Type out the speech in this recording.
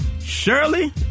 Shirley